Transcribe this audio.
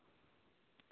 प्रणाम प्रणाम